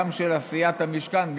גם של עשיית המשכן,